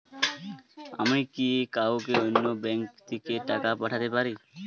আমি কি কাউকে অন্য ব্যাংক থেকে টাকা পাঠাতে পারি?